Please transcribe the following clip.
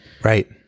right